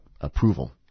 approval